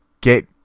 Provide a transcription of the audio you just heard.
get